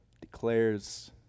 declares